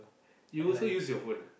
you also use your phone ah